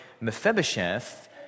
Mephibosheth